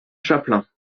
chaplin